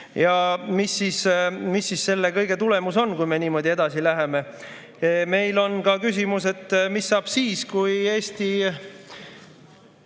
ja mis siis selle kõige tulemus on, kui me niimoodi edasi läheme? Meil on ka küsimus, mis saab siis, kui Eesti